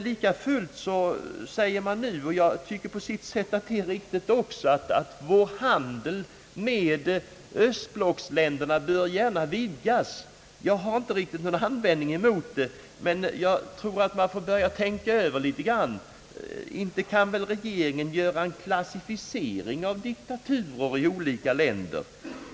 Lika fullt säger man nu, och jag tycker att det på sitt sätt är riktigt, att vår handel med östblocksländerna gärna bör vidgas. Jag har ingen direkt invändning däremot, men jag tror att man bör tänka över vårt ställningstagande. Inte kan väl regeringen göra en klassificering av diktaturerna i olika länder.